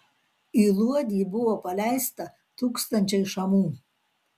į luodį buvo paleista tūkstančiai šamų